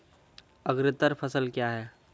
अग्रतर फसल क्या हैं?